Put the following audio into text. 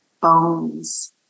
bones